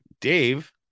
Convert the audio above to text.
Dave